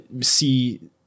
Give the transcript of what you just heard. see